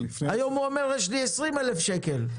היום הוא אומר: יש לי 20,000 שקל.